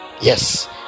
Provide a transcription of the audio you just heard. yes